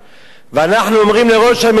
ואנחנו אומרים לראש הממשלה: